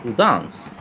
dance,